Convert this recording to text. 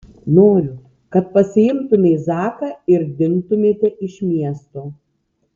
noriu kad pasiimtumei zaką ir dingtumėte iš miesto